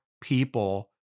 people